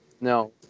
No